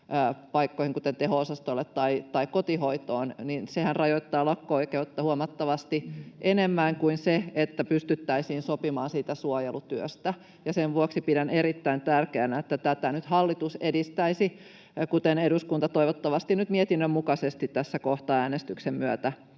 paikkoihin, kuten teho-osastolle tai kotihoitoon — rajoittaa lakko-oikeutta huomattavasti enemmän kuin se, että pystyttäisiin sopimaan siitä suojelutyöstä. Ja sen vuoksi pidän erittäin tärkeänä, että tätä nyt hallitus edistäisi, kuten eduskunta toivottavasti nyt mietinnön mukaisesti tässä kohtaa äänestyksen myötä